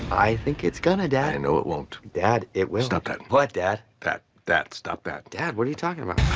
i think it's gonna, dad. it and know it won't. dad, it will. stop that. what dad? that, that. stop that. dad what are you talking about?